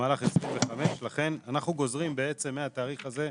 במהלך 25'. אנחנו גוזרים מהתאריך הזה אחורה,